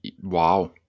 Wow